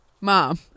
Mom